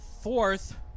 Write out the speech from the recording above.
fourth